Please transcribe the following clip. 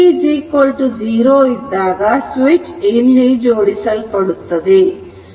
t 0 ಇದ್ದಾಗ switch ಇಲ್ಲಿ ಜೋಡಿಸಲ್ಪಡುತ್ತದೆ